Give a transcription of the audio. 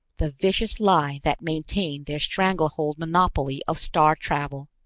the vicious lie that maintained their stranglehold monopoly of star-travel.